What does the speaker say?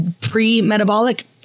pre-metabolic